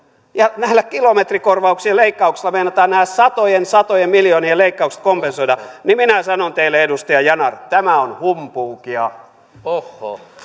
ja näillä kilometrikorvauksien leikkauksilla meinataan nämä satojen satojen miljoonien leikkaukset kompensoida niin että minä sanon teille edustaja yanar että tämä on humpuukia